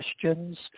questions